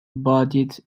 bodied